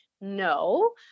no